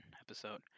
episode